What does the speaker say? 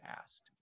asked